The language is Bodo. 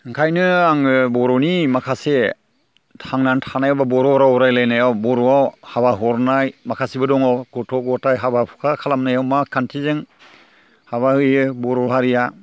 ओंखायनो आङो बर'नि माखासे थांनानै थानाय एबा बर' राव रायज्लायनायाव बर'आव हाबा हरनाय माखासेबो दङ गथ' गथाय हाबा हुखा हुनायाव मा खान्थिजों हाबा होयो बर' हारिया